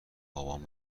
بابام